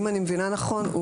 אם אני מבינה נכון,